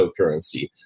cryptocurrency